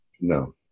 No